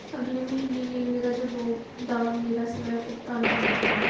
ਅਗਲੇ ਮਹੀਨੇ ਲਈ ਮੇਰਾ ਜਬੋਂਗ ਦਾ ਮੇਰਾ ਸਵੈ ਭੁਗਤਾਨ ਬੰਦ ਕਰੋ